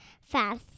fast